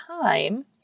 time